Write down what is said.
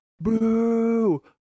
boo